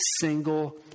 single